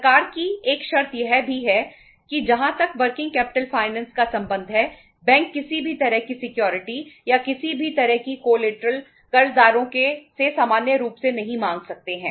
सरकार की एक शर्त यह भी है कि जहां तक वर्किंग कैपिटल फाइनेंस कह सकते हैं